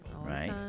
right